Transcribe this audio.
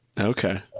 Okay